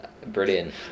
brilliant